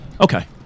okay